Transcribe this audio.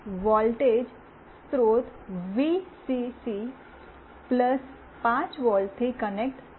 તેથી વોલ્ટેજ સ્ત્રોત વીસીસી 5 વોલ્ટથી કનેક્ટ થશે